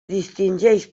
distingeix